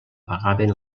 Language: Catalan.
pagaven